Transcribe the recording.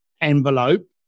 envelope